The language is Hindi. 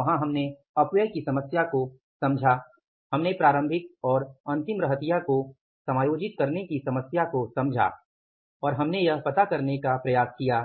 वहां हमने अपव्यय की समस्या को समझा हमने प्रारंभिक और अंतिम रहतिया को समायोजित करने की समस्या को समझा और हमने यह पता करने का प्रयास किया